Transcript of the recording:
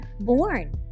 born